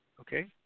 Okay